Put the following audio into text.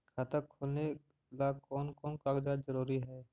खाता खोलें ला कोन कोन कागजात जरूरी है?